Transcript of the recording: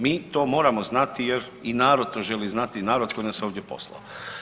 Mi to moramo znati jer i narod to želi znati, narod koji nas je ovdje poslao.